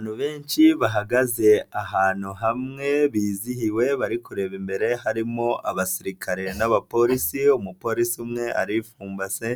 Abantu benshi bahagaze ahantu hamwe bizihiwe bari kureba imbere harimo abasirikare n'abapolisi umupolisi umwe aripfumbase,